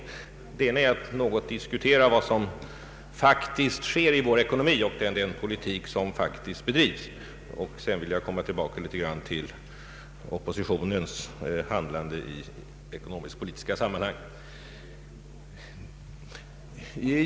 Först skulle jag vilja diskutera vad som faktiskt sker i vår ekonomi och den politik som faktiskt bedrivs, för att sedan komma tillbaka till oppositionens handlande i ekonomisk-politiska sammanhang.